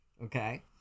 Okay